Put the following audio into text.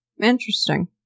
Interesting